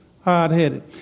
hard-headed